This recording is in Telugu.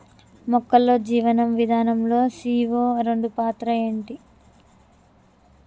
మొక్కల్లో జీవనం విధానం లో సీ.ఓ రెండు పాత్ర ఏంటి?